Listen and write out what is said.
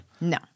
No